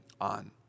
on